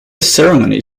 ceremony